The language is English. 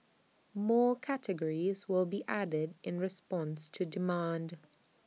more categories will be added in response to demand